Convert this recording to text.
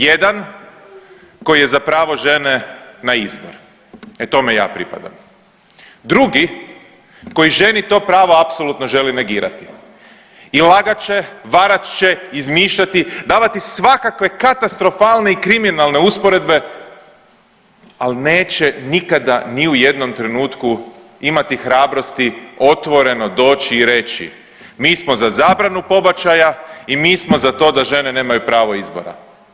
Jedan koji je za pravo žene na izbor, e tome ja pripadam, drugi koji ženi to pravo apsolutno želi negirati i lagat će, varat će, izmišljati, davati svakakve katastrofalne i kriminalne usporedbe, al neće nikada ni u jednom trenutku imati hrabrosti otvoreno doći i reći mi smo za zabranu pobačaja i mi smo za to da žene nemaju pravo izbora.